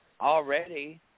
already